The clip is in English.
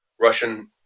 russian